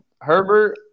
Herbert